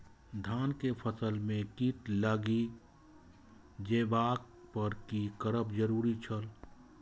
धान के फसल में कीट लागि जेबाक पर की करब जरुरी छल?